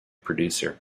producer